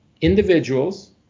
individuals